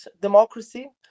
democracy